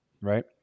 right